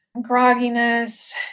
grogginess